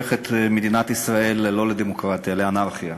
הופך את מדינת ישראל לא לדמוקרטיה, לאנרכיה.